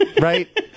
right